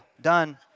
Done